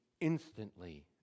instantly